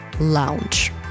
Lounge